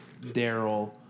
Daryl